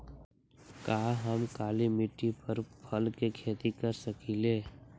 का हम काली मिट्टी पर फल के खेती कर सकिले?